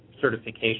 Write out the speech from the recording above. certification